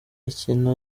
ikintu